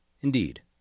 Indeed